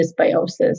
dysbiosis